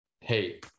hey